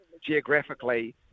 geographically